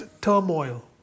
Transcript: turmoil